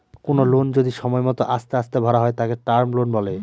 কোনো লোন যদি সময় মত আস্তে আস্তে ভরা হয় তাকে টার্ম লোন বলে